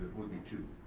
would be two.